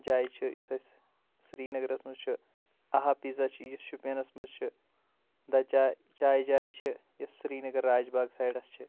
جاے چھِ یُس اسہِ سرینگرس منٛز چھُ آ ہا پیٖزا چھُ یُس شُپینس منٛز چھُ د چاے چاے جاے چھِ یۄس سرینگر راج باغ سایڈس چھِ